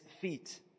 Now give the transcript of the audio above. feet